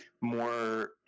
more